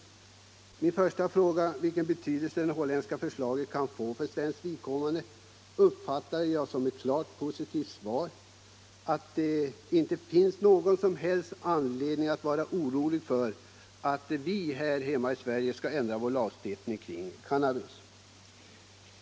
Svaret på den första frågan angående betydelsen av det holländska förslaget för svenskt vidkommande uppfattar jag klart positivt, och det finns alltså inte någon som helst anledning att vara orolig för att vi här hemma i Sverige skall ändra vår lagstiftning kring cannabis.